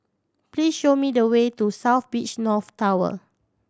please show me the way to South Beach North Tower